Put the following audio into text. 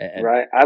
Right